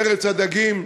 ארץ הדגים,